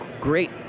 great